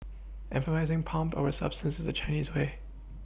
emphasising pomp over substance is the Chinese way